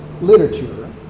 literature